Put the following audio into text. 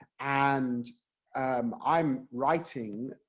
and um i'm writing,